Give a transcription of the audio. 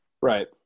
Right